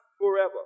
forever